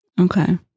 Okay